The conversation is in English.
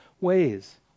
ways